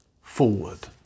forward